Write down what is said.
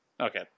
Okay